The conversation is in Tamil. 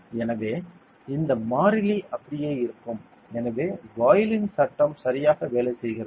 எனவே இந்த மாறிலி அப்படியே இருக்கும் எனவே பாயிலின் சட்டம் சரியாக வேலை செய்கிறது